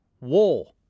war